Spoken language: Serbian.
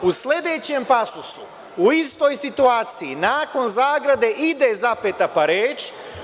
U sledećem pasusu u istoj situaciji, nakon zagrade ide zapeta pa reč.